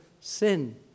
sin